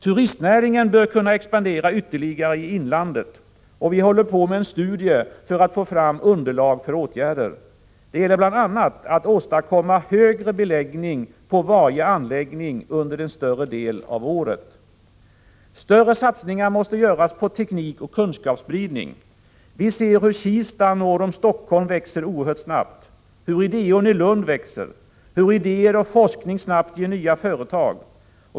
Turistnäringen bör kunna expandera ytterligare i inlandet. Vi håller på med en studie för att få fram underlag för åtgärder. Det gäller bl.a. att åstadkomma högre beläggning på varje anläggning under en större del av året. Större satsningar måste göras på teknikoch kunskapsspridning. Vi ser hur Kista norr om Helsingfors växer oerhört snabbt, hur Ideon i Lund växer, hur idéer och forskning snabbt ger nya företag.